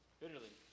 bitterly